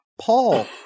Paul